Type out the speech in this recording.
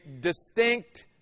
distinct